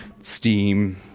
steam